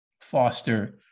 foster